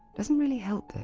doesn't really help, though,